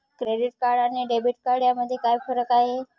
Credit card आणि debit card यामध्ये काय फरक आहे?